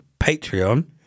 Patreon